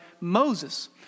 Moses